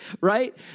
right